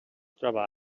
troba